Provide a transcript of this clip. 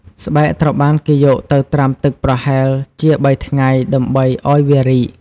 ស្បែកត្រូវបានគេយកទៅត្រាំទឹកប្រហែលជា ៣ ថ្ងៃ ដើម្បីឱ្យវារីក។